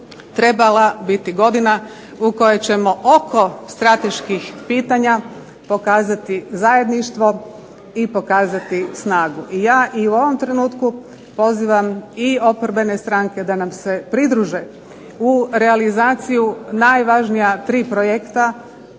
trebala biti godina u kojoj ćemo oko strateških pitanja pokazati zajedništvo i pokazati snagu. I ja i u ovom trenutku pozivam i oporbene stranke da nam se pridruže u realizaciju najvažnija tri projekta,